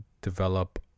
develop